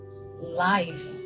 Life